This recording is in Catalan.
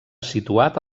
situat